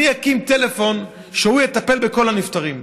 אני אקים טלפון שהוא יטפל בכל הנפטרים,